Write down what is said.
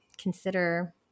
consider